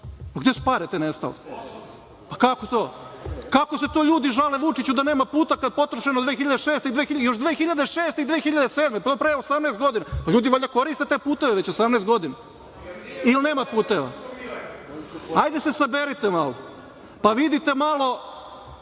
Gde su pare te nestale? Kako to? Kako se to ljudi žale Vučiću da nema puta kada je potrošeno još 2006. i 2007. godine, pre 18 godina. Ljudi valjda koriste te puteve već 18 godini ili nema puteva. Ajde se saberite malo pa vidite malo